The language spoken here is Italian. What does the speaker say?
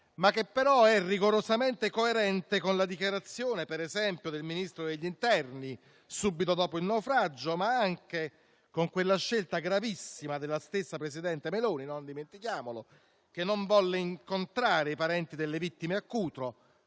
che però è rigorosamente coerente, ad esempio, con la dichiarazione del Ministro dell'interno subito dopo il naufragio, ma anche con la scelta gravissima dello stesso presidente Meloni - non dimentichiamolo - che non volle incontrare i parenti delle vittime a Cutro,